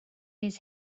his